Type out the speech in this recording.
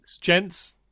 gents